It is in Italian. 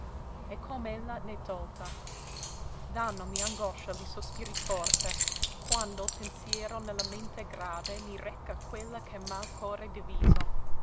e com'ella n'è tolta dànnomi angoscia li sospiri forte quando l pensero ne la mente grave mi reca quella che m'ha l cor diviso